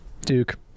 Duke